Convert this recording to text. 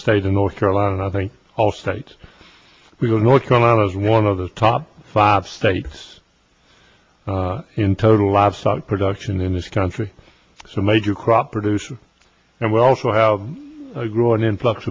state in north carolina i think all states we're north carolina's one of the top five states in total lobster production in this country so major crop producer and we also have a growing influx